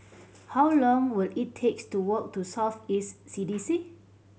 how long will it takes to walk to South East C D C